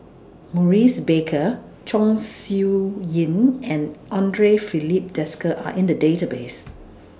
Maurice Baker Chong Siew Ying and Andre Filipe Desker Are in The Database